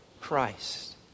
Christ